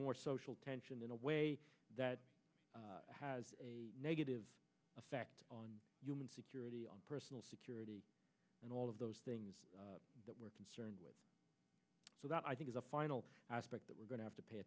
more social tension in a way that has a negative effect on human security on personal security and all of those things that we're concerned with so that i think is a final aspect that we're going to have to pay